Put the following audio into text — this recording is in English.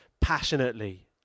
passionately